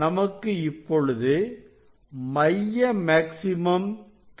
நமக்கு இப்பொழுது மைய மேக்ஸிமம் கிடைக்கும்